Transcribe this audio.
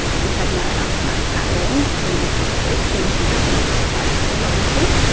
we had no asthma at all during the six weeks and she wasn't at school obviously.